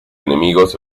enemigos